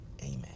Amen